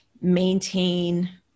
maintain